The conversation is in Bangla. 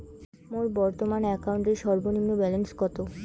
মোর বর্তমান অ্যাকাউন্টের সর্বনিম্ন ব্যালেন্স কত?